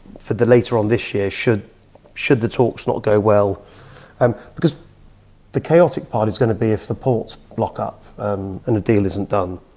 for the later on this year should should the talks not go well because the chaotic part is going to be if the ports lock up um and a deal isn't done.